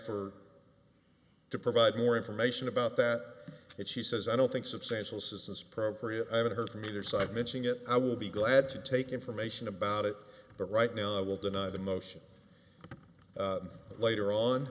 for to provide more information about that and she says i don't think substantial assistance appropriate i haven't heard from either side mentioning it i would be glad to take information about it but right now i will deny the motion later on